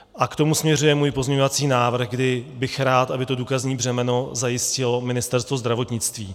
K tomu směřuje můj pozměňovací návrh, kdy bych rád, aby to důkazní břemeno zajistilo Ministerstvo zdravotnictví.